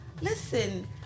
Listen